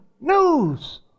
news